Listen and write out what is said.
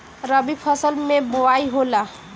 रबी फसल मे बोआई होला?